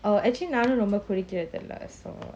oh actually நானும்ரொம்பகுடிக்கிறதில்ல:nanum romba kudikirathilla so